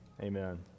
Amen